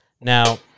now